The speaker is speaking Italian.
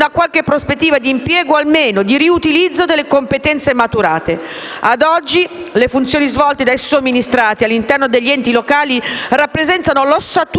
una qualche prospettiva di impiego o almeno di riutilizzo delle competenze maturate. Ad oggi, le funzioni svolte dai somministrati all'interno degli enti locali rappresentano l'ossatura